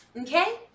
Okay